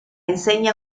enseña